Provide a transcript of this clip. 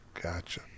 Gotcha